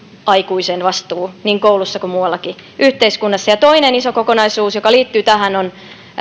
aikuisen vastuu niin koulussa kuin muuallakin yhteiskunnassa toinen iso kokonaisuus joka liittyy tähän on